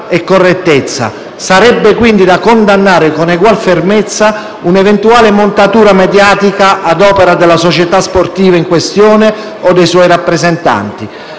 e correttezza. Sarebbe quindi da condannare con egual fermezza un'eventuale montatura mediatica ad opera della società sportiva in questione o dei suoi rappresentanti.